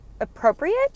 appropriate